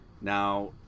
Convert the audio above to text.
Now